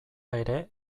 ere